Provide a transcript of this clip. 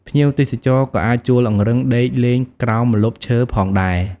ភ្ញៀវទេសចរក៏អាចជួលអង្រឹងដេកលេងក្រោមម្លប់ឈើផងដែរ។